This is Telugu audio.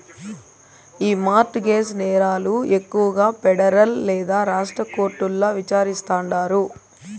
ఈ మార్ట్ గేజ్ నేరాలు ఎక్కువగా పెడరల్ లేదా రాష్ట్ర కోర్టుల్ల విచారిస్తాండారు